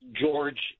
george